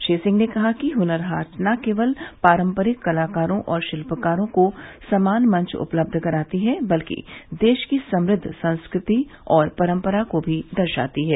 श्री सिंह ने कहा कि हुनर हाट न केवल पारंपरिक कलाकारों और शिल्पकारों को समान मंच उपलब्ध कराती है बल्कि देश की समृद्ध संस्कृति और परंपरा को भी दर्शाती है